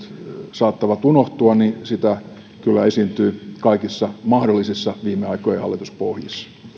saattavat unohtua kyllä esiintyy kaikissa mahdollisissa viime aikojen hallituspohjissa